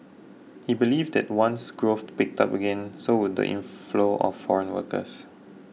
he believed that once growth picked up again so would the inflow of foreign workers